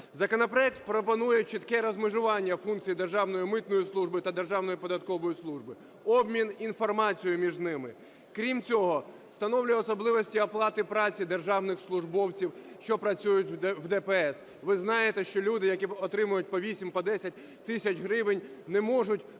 Законопроект пропонує чітке розмежування функцій державної митної служби та державної податкової служби, обмін інформації між ними. Крім цього, встановлює особливості оплати праці державних службовців, що працюють в ДПС. Ви знаєте, що люди, які отримують по 8-10 тисяч гривень, не можуть працювати